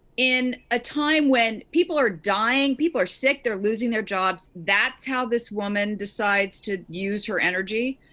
in a time when people are dying, people are sick, they're losing their jobs, that's how this woman decides to use her energy?